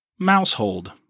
Mousehold